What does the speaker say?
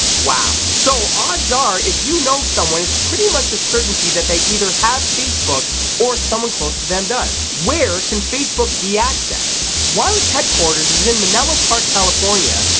wow. so, odds are, if you know someone, it's pretty much a certainty that they either have facebook or someone close to them does. where can facebook be accessed? while its headquarters is in menlo park, california,